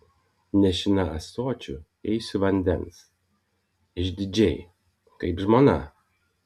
nešina ąsočiu eisiu vandens išdidžiai kaip žmona